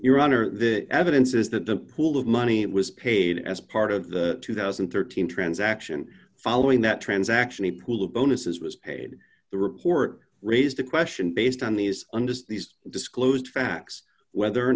your honor the evidence is that the pool of money was paid as part of the two thousand and thirteen transaction following that transaction the pool of bonuses was paid the report raised the question based on these understood the disclosed facts whether or